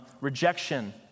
rejection